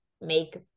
make